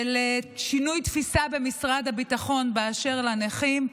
של שינוי תפיסה במשרד הביטחון באשר לנכים,